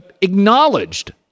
acknowledged